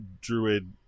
druid